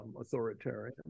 authoritarian